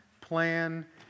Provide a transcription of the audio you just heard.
plan